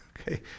okay